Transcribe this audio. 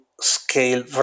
scale